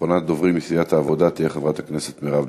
אחרונת הדוברים מסיעת העבודה תהיה חברת הכנסת מרב מיכאלי.